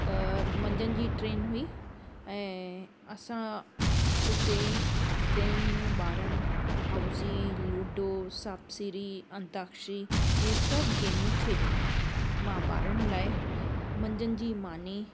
अ मंझंनि जी ट्रेन हुई ऐं असां उते ट्रेन में ॿारनि हाउज़ी लूडो सांप सीड़ी अंताक्षरी हीअ सभु गेमियूं खेॾियूं मां ॿारनि लाइ मंझंदि जी मानी